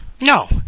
no